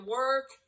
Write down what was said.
work